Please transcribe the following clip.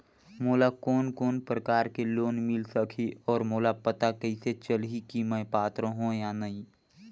मोला कोन कोन प्रकार के लोन मिल सकही और मोला पता कइसे चलही की मैं पात्र हों या नहीं?